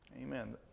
Amen